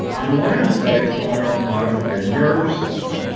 and melanocytes are modified neural cells.